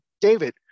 David